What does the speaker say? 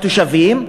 בתושבים,